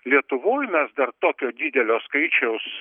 lietuvoj mes dar tokio didelio skaičiaus